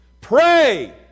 pray